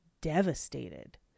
devastated